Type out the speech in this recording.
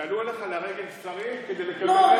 שעלו אליך לרגל שרים כדי לקבל נתח מהתקציבים,